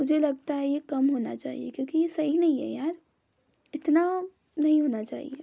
मुझे लगता है ये कम होना चाहिए क्योंकि ये सही नहीं है यार इतना नहीं होना चाहिए